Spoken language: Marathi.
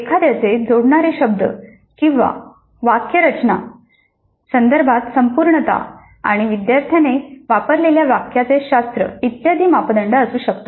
एखाद्याचे जोडणारे शब्द किंवा वाक्यरचनाच्या संदर्भात संपूर्णता आणि विद्यार्थ्याने वापरलेल्या वाक्यांचे शास्त्र इत्यादी मापदंड असू शकतात